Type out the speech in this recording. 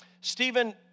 Stephen